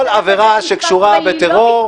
כל עבירה שקשורה בטרור,